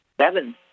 seven